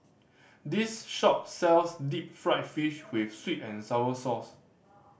this shop sells deep fried fish with sweet and sour sauce